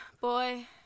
boy